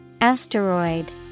Asteroid